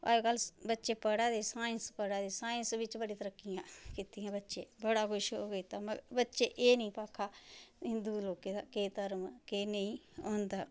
अज्जकल बच्चे पढ़ा दे साइंस पढ़ा दे साइंस बिच्च बड़ी तरक्की कीती दी ऐ बच्चे बड़ा कुछ कीता मतलब बच्चे गी एह् नेईं भाखा हिंदु लोके दा केह् धर्म केह् धर्म नेईं होंदा